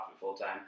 full-time